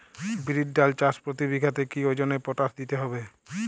বিরির ডাল চাষ প্রতি বিঘাতে কি ওজনে পটাশ দিতে হবে?